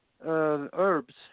herbs